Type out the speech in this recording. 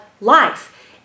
life